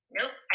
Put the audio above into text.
nope